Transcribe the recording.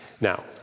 Now